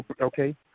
okay